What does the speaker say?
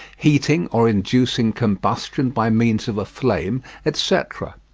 heating or inducing combustion by means of a flame, etc.